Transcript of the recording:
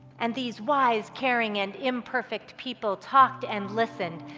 and these wise, caring, and imperfect people, talked and listened,